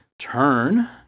Turn